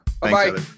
Bye